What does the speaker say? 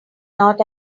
not